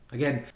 Again